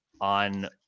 on